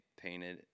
painted